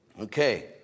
Okay